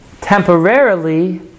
temporarily